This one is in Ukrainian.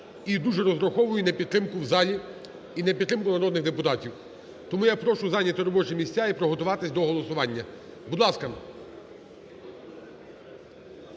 І дуже розраховую на підтримку в залі, і на підтримку народних депутатів. Тому я прошу зайняти робочі місця і приготуватися до голосування, будь ласка.